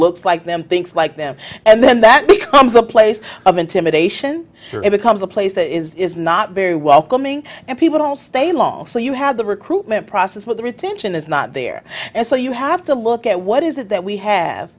looks like them thinks like them and then that becomes a place of intimidation or it becomes a place that is not very welcoming and people don't stay long so you have the recruitment process where the retention is not there and so you have to look at what is it that we i have